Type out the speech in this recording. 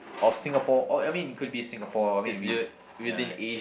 of Singapore or I mean it could be Singapore I mean we ya